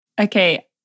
Okay